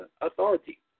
authority